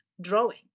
drawing